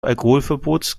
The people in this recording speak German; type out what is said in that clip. alkoholverbots